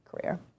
career